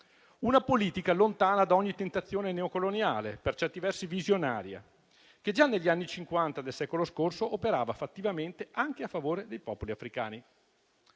una politica lontana da ogni tentazione neocoloniale, per certi versi visionaria, che già negli anni Cinquanta del secolo scorso operava fattivamente anche a favore dei popoli africani.